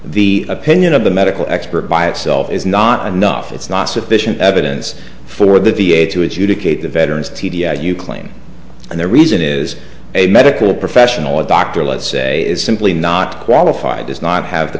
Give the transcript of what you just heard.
the opinion of the medical expert by itself is not enough it's not sufficient evidence for the v a to adjudicate the veterans t d i you claim and the reason is a medical professional a doctor let's say is simply not qualified does not have the